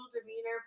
demeanor